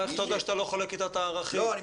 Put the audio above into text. אתה יודע שאתה לא חולק איתה את הערכים?